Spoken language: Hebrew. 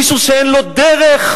מישהו שאין לו דרך,